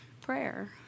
prayer